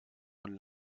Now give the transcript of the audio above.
von